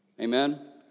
Amen